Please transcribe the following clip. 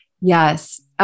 Yes